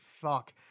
fuck